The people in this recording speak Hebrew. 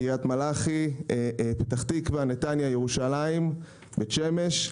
קריית מלאכי, פתח תקוה, נתניה, ירושלים, בית שמש,